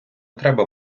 треба